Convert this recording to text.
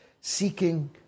seeking